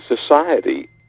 society